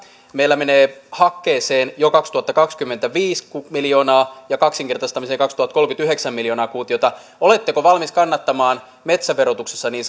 meillä menee jo kaksituhattakaksikymmentä hakkeeseen viisi miljoonaa ja kaksinkertaistamiseen kaksituhattakolmekymmentä mennessä yhdeksän miljoonaa kuutiota oletteko valmis kannattamaan metsäverotuksessa niin